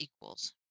equals